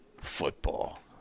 football